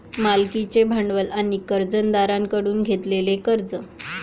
मालकीचे भांडवल आणि कर्जदारांकडून घेतलेले कर्ज